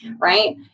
right